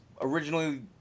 originally